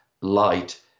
light